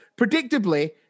Predictably